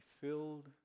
filled